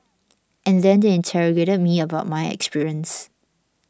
and then they interrogated me about my experience